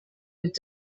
mit